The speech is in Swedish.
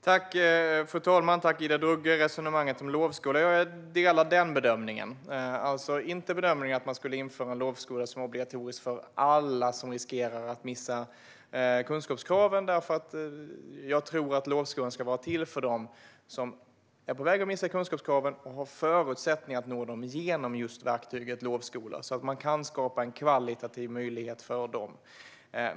Fru talman! Tack, Ida Drougge, för resonemanget om lovskola! Jag delar inte bedömningen att man skulle införa en lovskola som är obligatorisk för alla som riskerar att missa kunskapskraven, för jag tror att lovskolan ska vara till för dem som är på väg att missa kunskapskraven och har förutsättningar att nå dem just genom verktyget lovskola så att man kan skapa en kvalitativ möjlighet för dem.